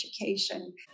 education